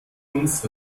uns